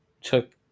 took